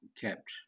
kept